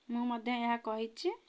ମୁଁ ମଧ୍ୟ ଏହା କହିଛି